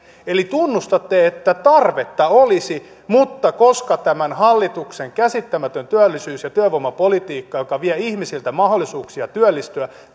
eli tunnustatte että tarvetta olisi mutta koska tämän hallituksen käsittämätön työllisyys ja työvoimapolitiikka joka vie ihmisiltä mahdollisuuksia työllistyä